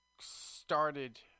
started